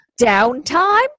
downtime